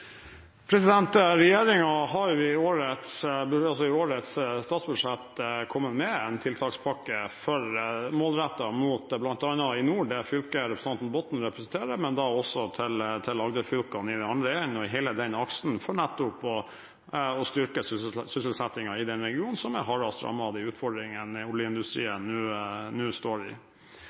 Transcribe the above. har i årets statsbudsjett kommet med en tiltakspakke som er målrettet mot bl.a. det fylket som representanten Botten representerer, men også mot Agderfylkene i den andre enden – hele den aksen – for nettopp å styrke sysselsettingen i den regionen som er hardest rammet av de utfordringene oljeindustrien nå står i. Så svaret på det er ja. Det er regjeringen allerede i gang med. I mitt departement setter vi